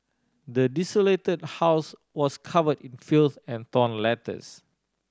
the desolated house was covered in filth and torn letters